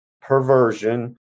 perversion